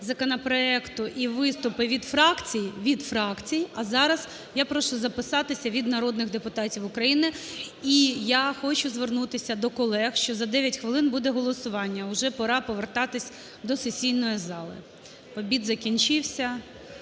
законопроекту і виступи від фракцій. Від фракцій. А зараз я прошу записатися від народних депутатів України. І я хочу звернутися до колег, що за 9 хвилин буде голосування, уже пора повертатись до сесійної зали. Обід закінчився.